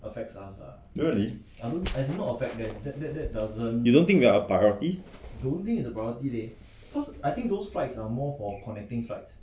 really you don't think is a priority